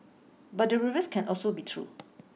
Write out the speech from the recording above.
but the reverse can also be true